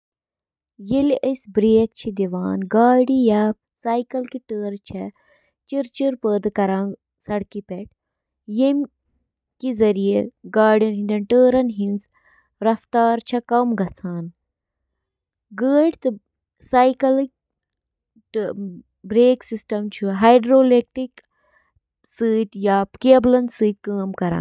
Dish washer چھِ اکھ یِژھ مِشیٖن یۄسہٕ ڈِشوار، کُک ویئر تہٕ کٹلری پٲنۍ پانے صاف کرنہٕ خٲطرٕ استعمال چھِ یِوان کرنہٕ۔ ڈش واشرٕچ بنیٲدی کٲم چھِ برتن، برتن، شیشہِ ہٕنٛدۍ سامان تہٕ کُک ویئر صاف کرٕنۍ۔